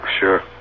Sure